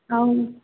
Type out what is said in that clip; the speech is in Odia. ଆଉ